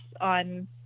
on